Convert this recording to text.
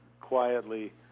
quietly